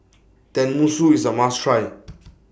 Tenmusu IS A must Try